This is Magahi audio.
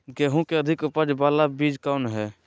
गेंहू की अधिक उपज बाला बीज कौन हैं?